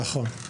נכון, נכון.